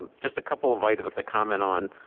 just a couple of items to comment on.